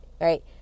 right